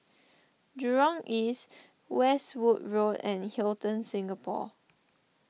Jurong East Westwood Road and Hilton Singapore